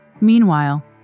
Meanwhile